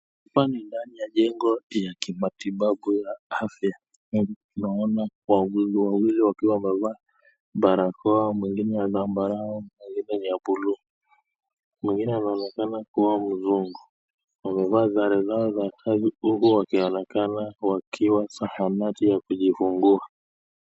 Hapa ni ndani ya jengo ya kimatibabu ya afya. Naona wawili wawili wakiwa wamevaa barakoa mwingine ya zambarau mwingine ya blue . Mwingine anaonekana kuwa mzungu. Wamevaa sare zao za kazi huku wakionekana wakiwa zahanati ya kujifungua.